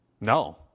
No